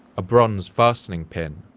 a bronze fastening pin,